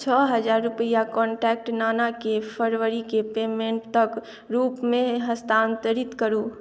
छओ हजार रुपैआ कॉन्टैक्ट नानाकेँ फरवरीके पेमेण्टक रूपमे हस्तान्तरित करू